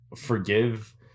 forgive